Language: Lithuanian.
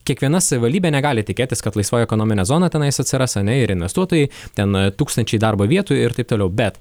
kiekviena savivaldybė negali tikėtis kad laisvoji ekonominė zona tenais atsiras ane ir investuotojai ten tūkstančiai darbo vietų ir taip toliau bet